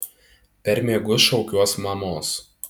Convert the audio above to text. per miegus šaukiuos mamos